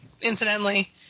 incidentally